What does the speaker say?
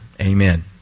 Amen